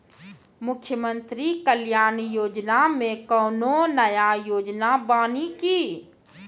मुख्यमंत्री कल्याण योजना मे कोनो नया योजना बानी की?